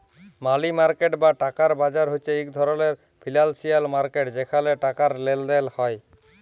মালি market বা টাকার বাজার হছে ইক ধরলের ফিল্যালসিয়াল মার্কেট যেখালে টাকার লেলদেল হ্যয়